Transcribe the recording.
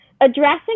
addressing